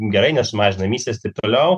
gerai nes sumažina emisijas taip toliau